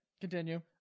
continue